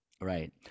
Right